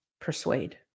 persuade